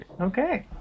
okay